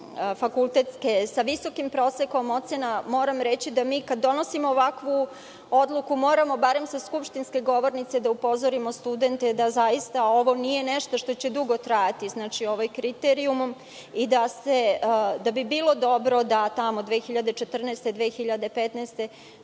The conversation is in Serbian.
diplome sa visokim prosekom ocena, moram reći da kada donosimo ovakvu odluku, moramo barem sa skupštinske govornice da upozorimo studente da ovo nije nešto što će dugo trajati, ovaj kriterijum, i da bi bilo dobro da 2014. – 2015.